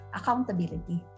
accountability